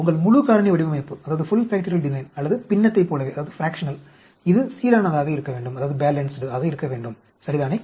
உங்கள் முழு காரணி வடிவமைப்பு அல்லது பின்னத்தைப் போலவே இது சீரானதாக இருக்க வேண்டும் சரிதானே